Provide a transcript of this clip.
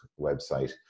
website